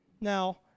Now